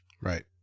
right